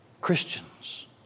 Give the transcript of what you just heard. Christians